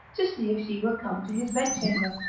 to see if she were come to his bedchamber.